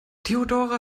theodora